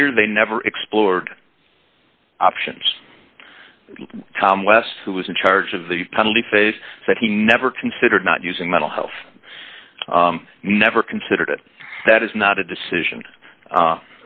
here they never explored options tom west who was in charge of the penalty phase said he never considered not using mental health never considered it that is not a decision